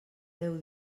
deu